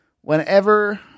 Whenever